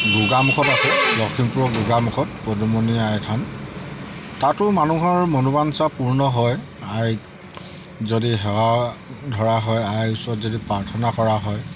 গোগামুখত আছে লখিমপুৰৰ গোগামুখত পদুমণি আই থান তাতো মানুহৰ মনোবাঞ্ছা পূৰ্ণ হয় আইক যদি সেৱা ধৰা হয় আই ওচৰত যদি প্ৰাৰ্থনা কৰা হয়